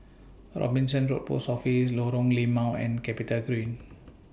Robinson Road Post Office Lorong Limau and Capitagreen